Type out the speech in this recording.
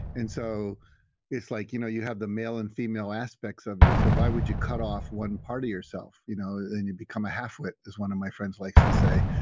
and so it's like, you know you have the male and female aspects of you. so why would you cut off one part of yourself, you know then you become a half-wit as one of my friends likes to say.